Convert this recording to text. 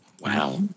Wow